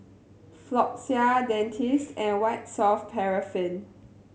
Floxia Dentiste and White Soft Paraffin